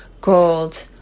gold